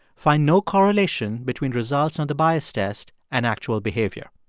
find no correlation between results on the bias test and actual behavior.